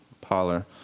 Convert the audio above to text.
parlor